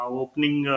opening